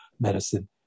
medicine